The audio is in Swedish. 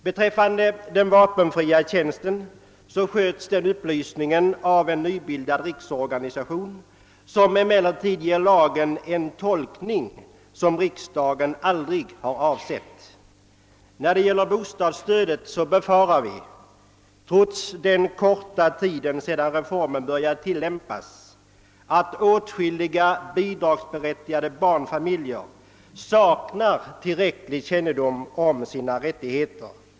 Beträffande den vapenfria tjänsten skötes upplysningen av en nybildad riksorganisation, som emellertid ger lagen en tolkning som riksdagen aldrig har avsett. Vad gäller bostadsstödet befarar vi, trots att reformen börjat tillämpas för bara en kort tid sedan, att åtskilliga bidragsberättigade barnfamiljer saknar tillräcklig kännedom om sina rättigheter.